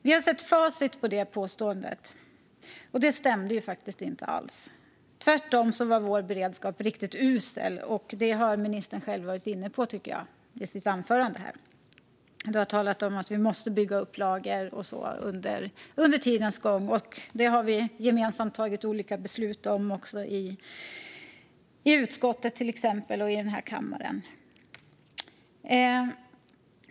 Vi har sett facit på detta påstående, och det stämde faktiskt inte alls. Tvärtom var vår beredskap riktigt usel, och det tycker jag att ministern själv har varit inne på i sitt anförande. Hon har talat om att vi måste bygga upp lager och så vidare under tidens gång. Det har vi gemensamt tagit olika beslut om i utskottet och i kammaren.